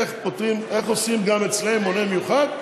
איך עושים גם אצלם מונה מיוחד,